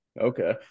Okay